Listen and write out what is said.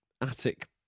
attic